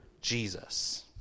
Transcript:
Jesus